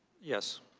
yes.